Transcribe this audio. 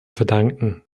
verdanken